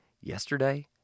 yesterday